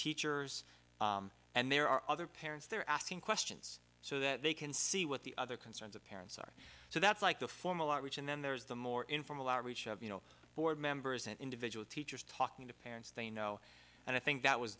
teachers and there are other parents there asking questions so that they can see what the other concerns of parents are so that's like the formal out reach and then there's the more informal outreach of you know board members and individual teachers talking to parents they know and i think that was